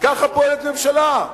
ככה פועלת ממשלה,